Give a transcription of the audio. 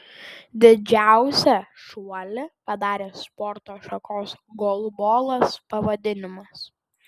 didžiausią šuolį padarė sporto šakos golbolas pavadinimas